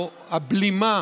או הבלימה